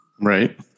right